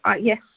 yes